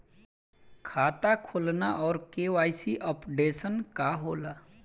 खाता खोलना और के.वाइ.सी अपडेशन का होला?